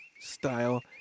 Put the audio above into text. style